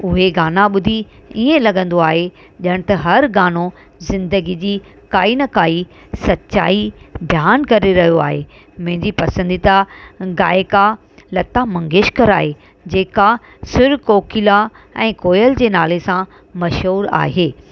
उहे गाना ॿुधी ईअं लॻंदो आहे ॼणु त हर गानो ज़िन्दगी जी काई न काई सचाई बियानु करे रहियो आहे मुंहिंजी पसंदीदा गाइका लता मंगेशकर आहे जेका सुर कोकिला ऐं कोयल जे नाले सां मशहूरु आहे